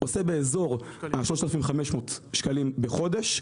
עושה באזור ה-3,500 שקלים בחודש,